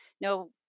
no